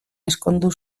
ezkondu